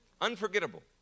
Unforgettable